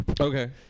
okay